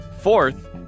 Fourth